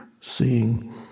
seeing